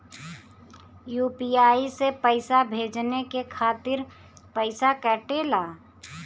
UPI से पइसा भेजने के खातिर पईसा कटेला?